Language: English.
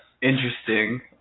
Interesting